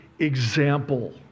example